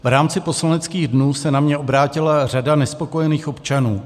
V rámci poslaneckých dnů se na mě obrátila řada nespokojených občanů.